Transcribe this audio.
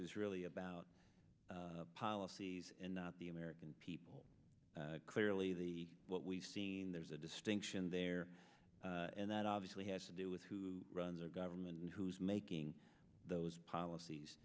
is really about policies and not the american clearly the what we've seen there's a distinction there and that obviously has to do with who runs our government and who's making those policies